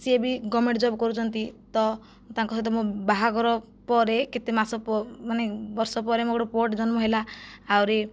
ସିଏ ବି government job କରୁଛନ୍ତି ତ ତାଙ୍କ ସହିତ ମୋ ବାହାଘର ପରେ କେତେ ମାସ ମାନେ ବର୍ଷ ପରେ ମୋର ଗୋଟିଏ ପୁଅଟେ ଜନ୍ମ ହେଲା ଆହୁରି